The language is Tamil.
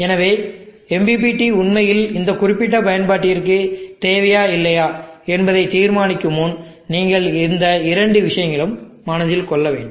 எனவே MPPT உண்மையில் இந்த குறிப்பிட்ட பயன்பாட்டிற்கு தேவையா இல்லையா என்பதை தீர்மானிக்கும் முன் நீங்கள் இந்த இரண்டு விஷயங்களையும் மனதில் கொள்ள வேண்டும்